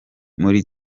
muri